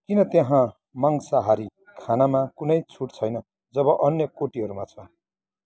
किन त्यहाँ मांसाहारी खानामा कुनै छुट छैन जब अन्य कोटीहरूमा छ